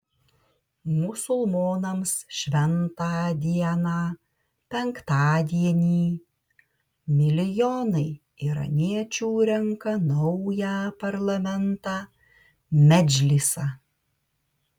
musulmonams šventą dieną penktadienį milijonai iraniečių renka naują parlamentą medžlisą